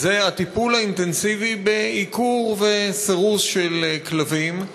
הטיפול האינטנסיבי של עיקור וסירוס של כלבים.